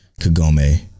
Kagome